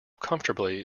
comfortably